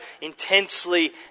intensely